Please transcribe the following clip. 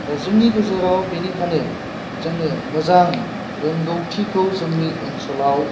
दा जोंनि गेजेराव बिनिखानो जोङो मोजां रोंगौथिखौ जोंनि ओनसोलाव